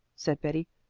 said betty.